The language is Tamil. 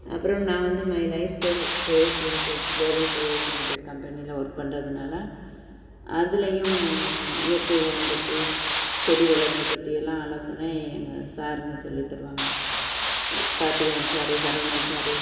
அப்புறம் நான் வந்து my life style private limited global private limited கம்பெனியில ஒர்க் பண்ணுறதுனால அதுலையும் இயற்கை உரம் பற்றி செடி வளர்ப்பப்பற்றி எல்லாம் ஆலோசனை எங்கள் சாருங்கள் சொல்லித் தருவாங்க கார்த்திகேயன் சாரு சரவணன் சாரு